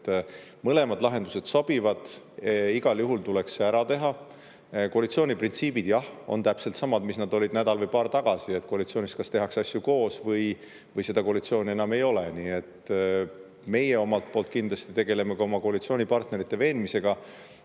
saavad. Mõlemad lahendused sobivad. Igal juhul tuleks see ära teha. Koalitsiooni printsiibid, jah, on täpselt samad, mis nad olid nädal või paar tagasi, et koalitsioonis kas tehakse asju koos või seda koalitsiooni enam ei ole. Nii et meie omalt poolt kindlasti tegeleme ka oma koalitsioonipartnerite veenmisega,